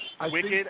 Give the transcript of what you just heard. Wicked